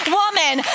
woman